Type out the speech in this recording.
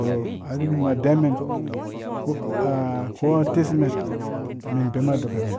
Use arherhu-num unum a deiwa mɛn ko atesmen men bema a dokamen